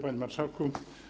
Panie Marszałku!